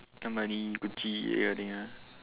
Armani Gucci that kind of thing ah